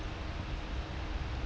uh